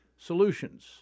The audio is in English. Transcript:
solutions